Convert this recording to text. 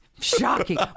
Shocking